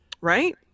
Right